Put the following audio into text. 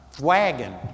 wagon